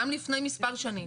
גם לפני מספר שנים,